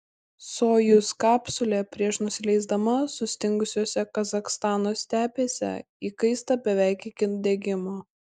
sojuz kapsulė prieš nusileisdama sustingusiose kazachstano stepėse įkaista beveik iki degimo